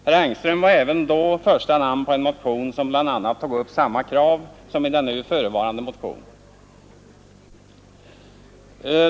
Herr Engström stod även då först på en motion som bl.a. tog upp samma krav som den nu förevarande motionen.